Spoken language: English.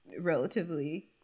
relatively